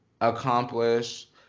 accomplish